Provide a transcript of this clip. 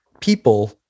people